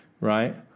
right